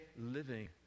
living